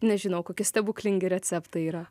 nežinau kokie stebuklingi receptai yra